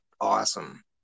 awesome